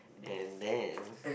and then